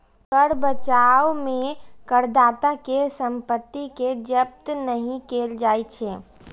कर बचाव मे करदाता केर संपत्ति कें जब्त नहि कैल जाइ छै